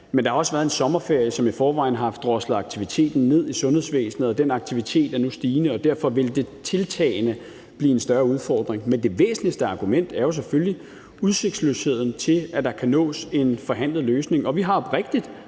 at der også har været en sommerferie, som i forvejen havde droslet aktiviteten ned i sundhedsvæsenet, og den aktivitet er nu stigende, og derfor vil det tiltagende blive en større udfordring. Men det væsentligste argument er jo selvfølgelig udsigtsløsheden til, at der kan nås en forhandlet løsning, og vi havde oprigtigt